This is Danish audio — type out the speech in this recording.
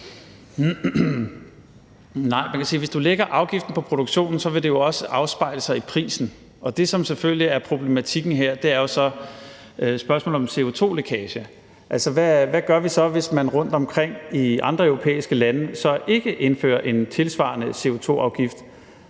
hvis du lægger afgiften på produktionen, vil det også afspejle sig i prisen, og det, som selvfølgelig er problematikken her, er jo så spørgsmålet om CO2-lækage. Altså, hvad gør vi så, hvis man rundtomkring i andre europæiske lande så ikke indfører en tilsvarende CO2-afgift